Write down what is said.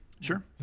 Sure